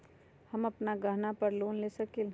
हम अपन गहना पर लोन ले सकील?